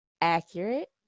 accurate